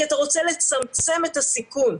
כי אתה רוצה לצמצם את הסיכון.